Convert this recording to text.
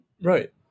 Right